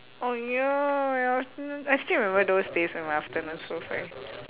oh ya ya I still I still remember those days when my afternoons were free